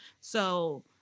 So-